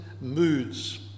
moods